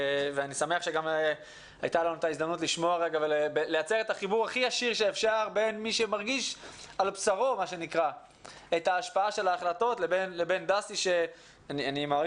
אני שמח שאפשר לחבר את מי שמרגיש על בשרו את ההחלטות לבין דסי שנראה